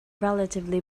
relatively